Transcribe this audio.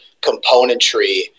componentry